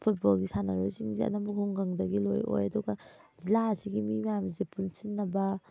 ꯐꯨꯠꯕꯣꯜꯒꯤ ꯁꯥꯟꯅꯔꯣꯏꯁꯤꯡꯁꯦ ꯑꯅꯝꯕ ꯈꯨꯡꯒꯪꯗꯒꯤ ꯂꯣꯏꯅ ꯑꯣꯏ ꯑꯗꯨꯒ ꯖꯤꯜꯂꯥꯑꯁꯤꯒꯤ ꯃꯤ ꯃꯌꯥꯝꯁꯦ ꯄꯨꯟꯁꯤꯟꯅꯕ